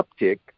uptick